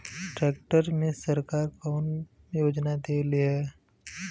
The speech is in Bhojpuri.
ट्रैक्टर मे सरकार कवन योजना देले हैं?